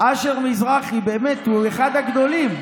אשר מזרחי הוא באמת אחד הגדולים.